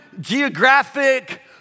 geographic